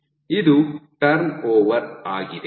ಇದು ಟರ್ನ್ಓವರ್ ಆಗಿದೆ